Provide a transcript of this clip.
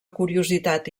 curiositat